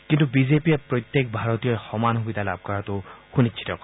কিন্তু বিজেপিয়ে প্ৰত্যেক ভাৰতীয়ই সমান সুবিধা লাভ কৰাটো সুনিশ্চিত কৰে